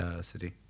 city